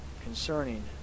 concerning